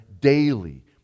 daily